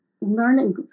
learning